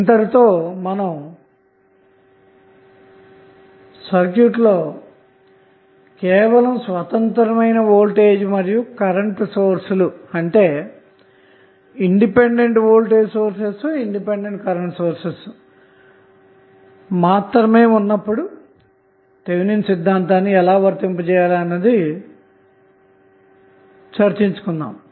ఇంతటితో మనం సర్క్యూట్ లో కేవలం స్వతంత్రమైనవోల్టేజ్ మరియు కరెంటు సోర్స్ లు ఉన్నప్పుడు థెవెనిన్ సిద్ధాంతం ని ఎలా వర్తింపచేయాలి అన్నది చర్చించాము